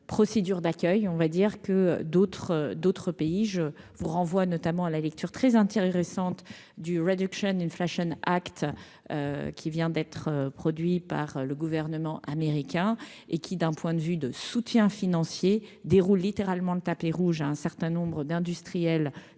procédures d'accueil, on va dire que d'autres, d'autres pays, je vous renvoie notamment à la lecture très intéressante du réduc une fashion acte qui vient d'être produit par le gouvernement américain et qui d'un point de vue de soutien financier déroule littéralement le tapis rouge, un certain nombre d'industriels